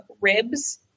ribs